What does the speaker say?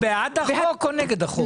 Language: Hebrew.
את בעד החוק או נגד החוק?